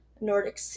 Nordic